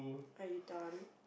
are you done